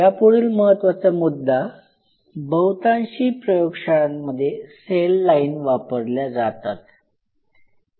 यापुढील महत्त्वाचा मुद्दा बहुतांशी प्रयोगशाळांमध्ये सेल लाईन वापरल्या जातात